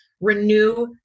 renew